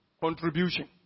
Contribution